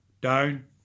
Down